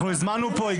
הזמנו לכאן סטודנטים.